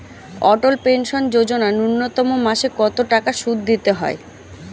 অটল pension Yojana ন্যূনতম মাসে কত টাকা সুধ দিতে হয়?